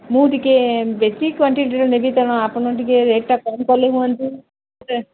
ମୁଁ ଟିକେ ବେଶୀ କ୍ୱାଣ୍ଟିଟିର ନେବି ତେଣୁ ଆପଣ ଟିକେ ରେଟ୍ଟା କମ୍ କଲେ